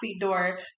door